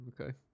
Okay